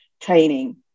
training